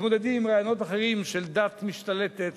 מתמודדים עם רעיונות אחרים של דת משתלטת,